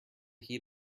heat